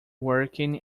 working